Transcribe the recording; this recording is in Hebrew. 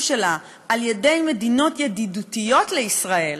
שלה על-ידי מדינות ידידותיות לישראל,